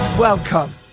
Welcome